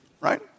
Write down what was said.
Right